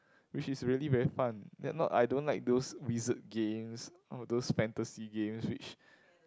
which is really very fun that not I don't like those wizard games all those fantasy games which